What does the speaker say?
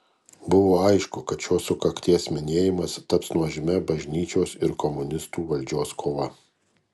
buvo aišku kad šios sukakties minėjimas taps nuožmia bažnyčios ir komunistų valdžios kova